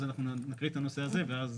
אז אנחנו נקריא את הנושא הזה ואז